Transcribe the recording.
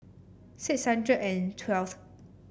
six hundred and twelfth